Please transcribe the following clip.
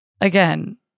again